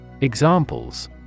Examples